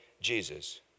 Jesus